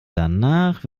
danach